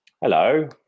Hello